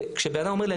כשבן אדם אומר לי,